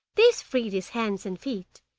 this freed his hands and feet,